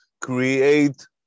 create